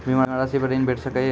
बीमा रासि पर ॠण भेट सकै ये?